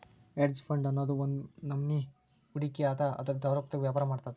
hedge fund ಅನ್ನೊದ್ ಒಂದ್ನಮನಿ ಹೂಡ್ಕಿ ಅದ ಅದು ದ್ರವರೂಪ್ದಾಗ ವ್ಯಾಪರ ಮಾಡ್ತದ